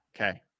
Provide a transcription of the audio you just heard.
okay